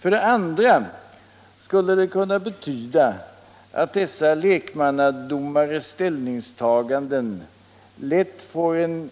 För det andra skulle det kunna betyda att dessa lekmannadomares ställningstaganden lätt finge en